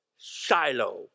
Shiloh